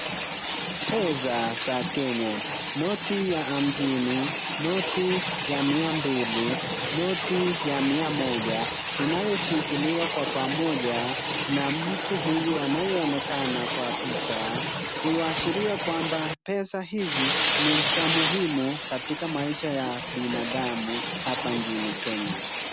Pesa za Kenya, noti ya hamsini, noti ya mia mbili, noti ya mia moja inayoshikiliwa kwa pamoja na mtu huyu anayeonekana kwa picha kuashiria kwamba pesa hizi ni za muhimu katika maisha ya binadamu hapa nchini Kenya.